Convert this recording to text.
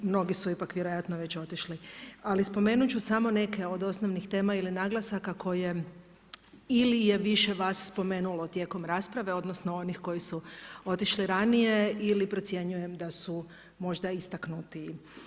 Mnogi su ipak vjerojatno već otišli, ali spomenut ću samo neke od osnovnih tema ili naglasaka koje ili je više vas spomenulo tijekom rasprave, odnosno onih koji su otišli ranije ili procjenjujem da su možda istaknutiji.